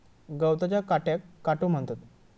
गवताच्या काट्याक काटो म्हणतत